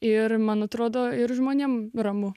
ir man atrodo ir žmonėms ramu